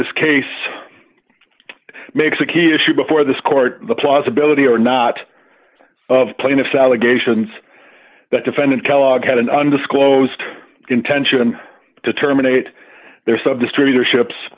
this case makes a key issue before this court the plausibility or not of plaintiff's allegations that defendant kellogg had an undisclosed intention to terminate their sub distributorships